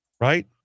right